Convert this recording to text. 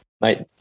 mate